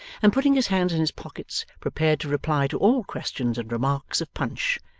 and putting his hands in his pockets prepared to reply to all questions and remarks of punch,